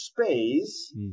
space